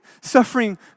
suffering